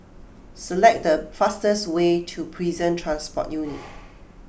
select the fastest way to Prison Transport Unit